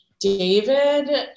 David